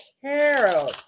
Carol